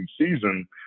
season